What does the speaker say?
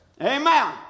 Amen